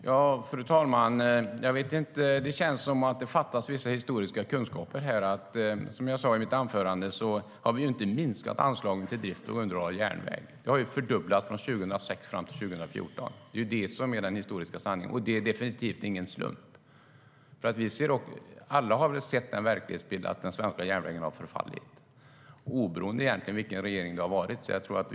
Fru talman! Det känns som att det fattas vissa historiska kunskaper här. Som jag sade i mitt anförande har vi inte minskat anslagen till drift och underhåll av järnväg. De har fördubblats från 2006 till 2014. Det är det som är den historiska sanningen. Och det är definitivt ingen slump. Alla har väl sett verklighetsbilden att den svenska järnvägen har förfallit, oberoende av vilken regering det har varit.